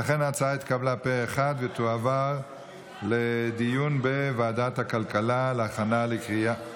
ההצעה התקבלה פה אחד ותועבר לדיון בוועדת הכלכלה להכנה לקריאה,